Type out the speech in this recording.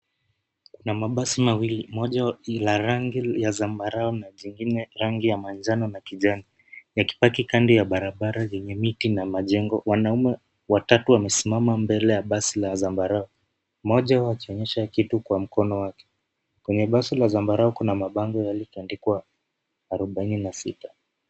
Kuna mabasi mawili, moja ina rangi ya zambarau na jingine rangi ya manjano na kijani yakipaki kando ya barabara yenye miti na majengo. Wanaume watatu wamesimama mbele ya basi la zambarau mmoja wao akionyesha kitu kwa mkono wake. Kwenye basi la zambarau kuna mabango yaliyoandikwa arubaini na sita.